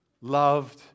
loved